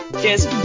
Cheers